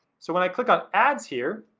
so when i click on ads, here.